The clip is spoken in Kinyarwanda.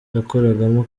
yakoragamo